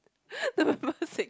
November six